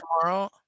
tomorrow